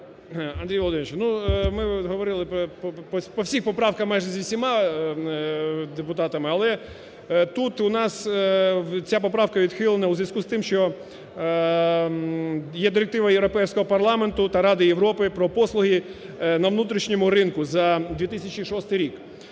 Андрій Володимирович, ну, ми говорили по всіх поправках майже з усіма депутатами. Але тут у нас ця поправка відхилена у зв'язку з тим, що є директива Європейського Парламенту та Ради Європи про послуги на внутрішньому ринку за 2006 рік.